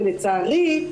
לצערי,